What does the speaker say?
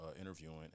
interviewing